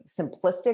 simplistic